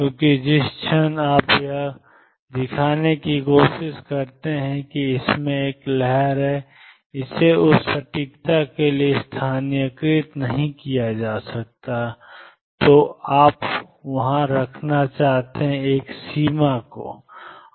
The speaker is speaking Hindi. क्योंकि जिस क्षण आप यह दिखाने की कोशिश करते हैं कि इसमें एक लहर है इसे उस सटीकता के लिए स्थानीयकृत नहीं किया जा सकता है जो आप वहां रखना चाहते हैं एक सीमा है